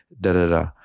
da-da-da